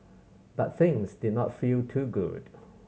but things did not feel too good